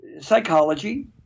psychology